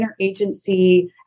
interagency